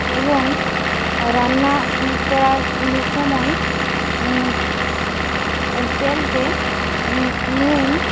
এবং রান্না করার সময় তেলতে নুন